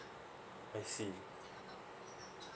I see